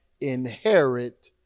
inherit